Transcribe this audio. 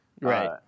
Right